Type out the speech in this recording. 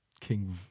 King